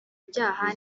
ibyaha